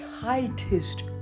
tightest